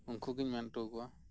ᱩᱱᱠᱩ ᱜᱮᱧ ᱢᱮᱱ ᱦᱚᱴᱚ ᱟᱠᱚᱣᱟ